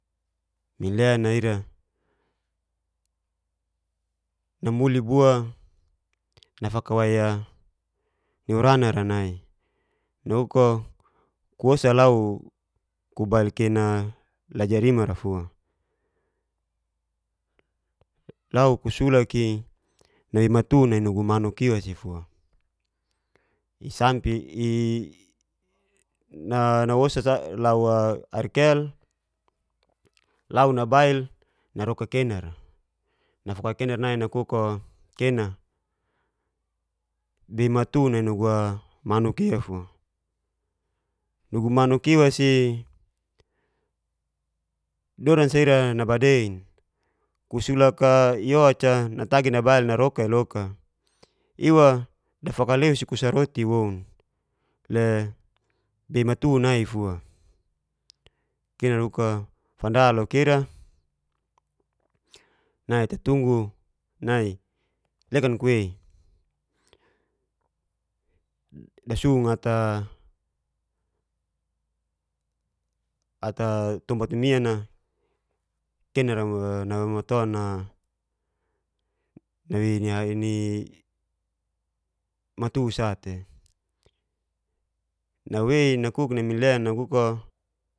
Minlena ira namuli bua nafakawai ni uranara nai. Nakuko ku wosa lau kubail kena lajarimara fua lau ku sulak'i nawei matu nai nugu manuk iwa'si fua. nawosa lau airkel lau nabail naroka kenara. Nafakawai nakuk'o kena bei matu nai nugu manuk iwa si dodan sa ira nabadein, kusulan iy'oca natagi nabail naroka'i loka, iwa dafakaleus i kusal roti woun le bai matu nai fua. Kana nakuk'o fanda loka ira nai tatunggu nai lekan kuwei. dasung ata tompat mimian'a kena namaton nawei ni matu sate. Wawei nakuk nai minlen nakuko.